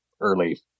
early